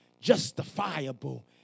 justifiable